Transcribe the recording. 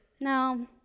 No